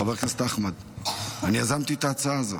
חבר הכנסת אחמד, אני יזמתי את ההצעה הזאת.